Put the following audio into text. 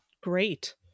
great